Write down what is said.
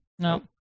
No